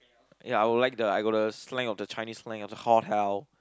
yeah I would like the I got the slang of the Chinese slang hotel